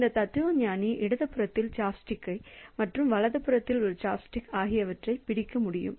இந்த தத்துவஞானி இடதுபுறத்தில் சாப்ஸ்டிக் மற்றும் வலதுபுறத்தில் சாப்ஸ்டிக் ஆகியவற்றைப் பிடிக்க முடியும்